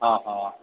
हॅं हॅं